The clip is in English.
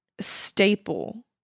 staple